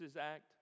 act